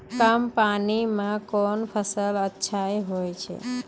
कम पानी म कोन फसल अच्छाहोय छै?